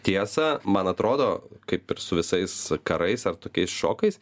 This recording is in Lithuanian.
tiesą man atrodo kaip ir su visais karais ar tokiais šokais